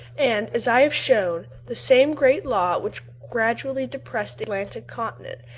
and, as i have shown, the same great law which gradually depressed the atlantic continent,